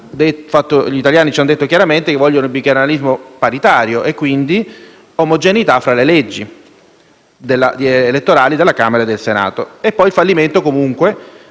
gli italiani ci hanno detto chiaramente che vogliono il bicameralismo paritario e quindi omogeneità tra le leggi elettorali della Camera dei deputati e del Senato. Poi c'è il fallimento, comunque,